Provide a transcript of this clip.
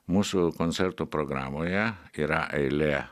mūsų koncerto programoje yra eilė